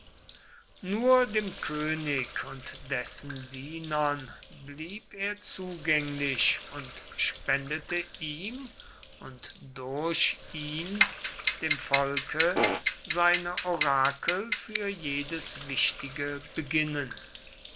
nur dem könig und dessen dienern blieb er zugänglich und spendete ihm und durch ihn dem volke seine orakel für jedes wichtige beginnen